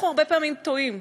אנחנו הרבה פעמים טועים,